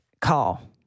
call